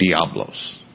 Diablos